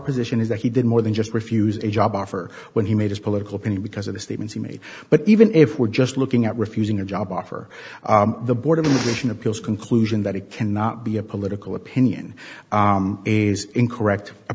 position is that he did more than just refuse a job offer when he made his political opinion because of the statements he made but even if we're just looking at refusing a job offer the board of the nation appeals conclusion that it cannot be a political opinion is incorrect